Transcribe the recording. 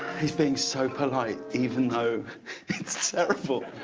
he's being so polite even though it's terrible.